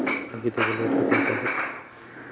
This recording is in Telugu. అగ్గి తెగులు ఎట్లా పోతది?